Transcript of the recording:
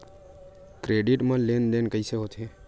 Credit मा लेन देन कइसे होथे?